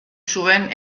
zuen